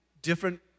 Different